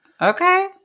Okay